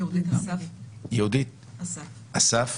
יהודית אסף.